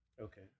Okay